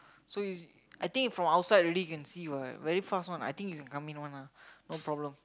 so you see I think from outside already you can see [what] very fast [one] I think you can come in [one] lah no problem